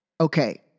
Okay